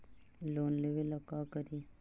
Loan लेबे ला का करि?